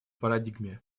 парадигме